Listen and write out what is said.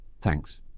Thanks